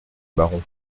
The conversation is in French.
baron